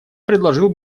предложил